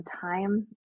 time